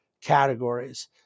categories